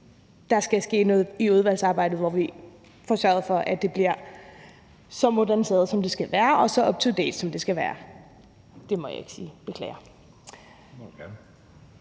der skal ske noget i udvalgsarbejdet, hvor vi får sørget for, at det bliver så moderniseret, som det skal være, og så up to date, som det skal være – det må jeg ikke sige, beklager.